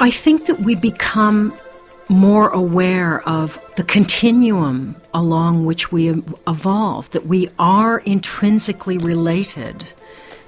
i think that we become more aware of the continuum along which we evolved, that we are intrinsically related